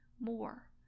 more